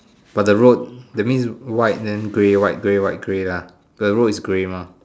but the road that means white then grey white grey white grey lah the road is grey mah